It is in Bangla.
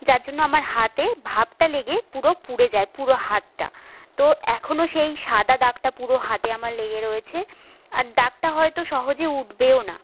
যার জন্য আমার হাতে ভাপটা লেগে পুরো পুড়ে যায় পুরো হাতটা তো এখনো সেই সাদা দাগটা পুরো হাতে আমার লেগে রয়েছে আর দাগটা হয়তো সহজে উঠবেও না